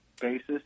basis